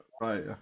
right